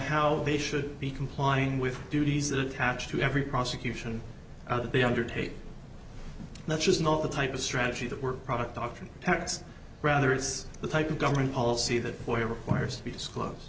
how they should be complying with duties attached to every prosecution that they undertake that's just not the type of strategy the work product doctrine targets rather it's the type of government policy that boy requires